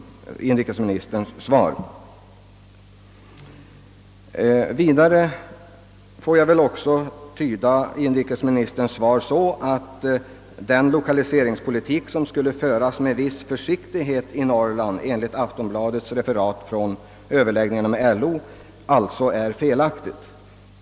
Vidare får jag väl också tyda inrikesministerns svar så att meddelandet, enligt Aftonbladets referat från överläggningarna med LO, att lokaliseringspolitiken skulle föras med viss försiktighet i Norrland, är felaktigt.